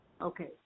okay